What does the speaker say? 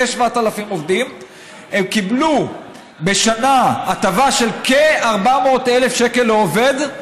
הם קיבלו בשנה הטבה של כ-400,000 לעובד,